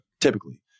Typically